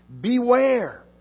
Beware